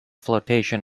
flotation